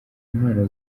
impano